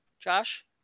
Josh